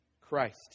Christ